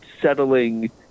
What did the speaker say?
settling